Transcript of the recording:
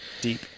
deep